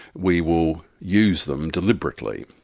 we will use them deliberately,